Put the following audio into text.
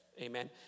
amen